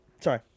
Sorry